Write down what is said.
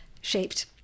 shaped